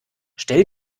stell